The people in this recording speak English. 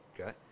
okay